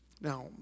Now